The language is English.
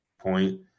point